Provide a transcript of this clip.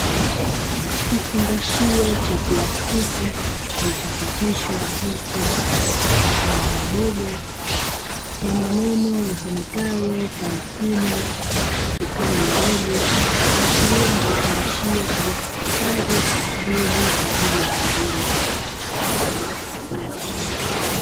Kifungashio cha plastiki kilichochapishwa picha ya maboga na maneno yasomekayo "pamkeni sukari ndogo", kuashiria nikifungashio kilichohifadhi mbegu kwa ajili ya kilimo.